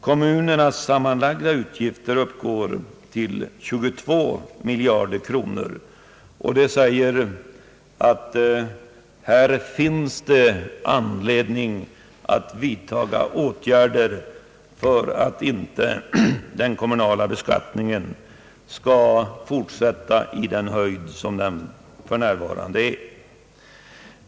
Kommunernas sammanlagda utgifter uppgår till 22 miljarder kronor. Detta visar att det finns anledning att vidta åtgärder för att den kommunala beskattningen inte i fortsättningen skall vara lika hög som för närvarande.